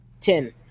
Ten